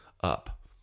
up